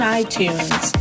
iTunes